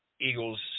Eagles